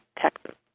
Texas